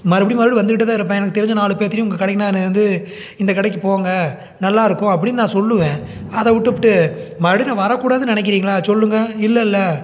மறுபடியும் மறுபடி வந்துக்கிட்டே தான் இருப்பேன் எனக்கு தெரிஞ்ச நாலு பேற்றுயும் உங்கள் கடைக்கு நானு வந்து இந்த கடைக்கு போங்க நல்லா இருக்கும் அப்படின் நான் சொல்லுவேன் அதவிட்டுப்விட்டு மறுபடியும் நான் வர கூடாதுனு நினைக்கிறீங்களா சொல்லுங்க இல்லைல்ல